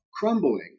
Crumbling